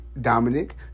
Dominic